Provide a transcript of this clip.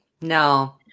No